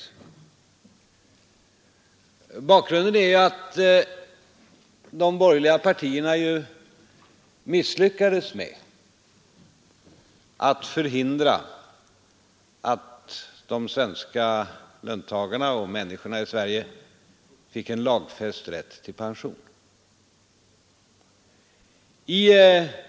De 24 maj 1973 borgerliga partierna misslyckades med att förhindra att löntagarna och människorna i Sverige fick en lagfäst rätt till pension.